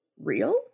real